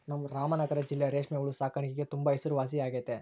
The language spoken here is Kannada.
ನಮ್ ರಾಮನಗರ ಜಿಲ್ಲೆ ರೇಷ್ಮೆ ಹುಳು ಸಾಕಾಣಿಕ್ಗೆ ತುಂಬಾ ಹೆಸರುವಾಸಿಯಾಗೆತೆ